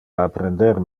apprender